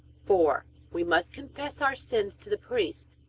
four. we must confess our sins to the priest.